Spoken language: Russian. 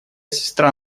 сестра